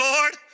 Lord